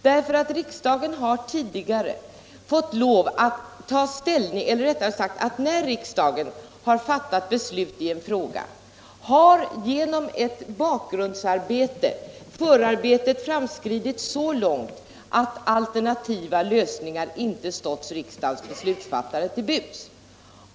När riksdagen tidigare har fattat beslut i sådana här frågor har förarbetet framskridit så långt att alternativa lösningar inte stått riksdagens beslutsfattare till buds.